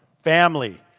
family.